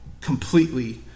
completely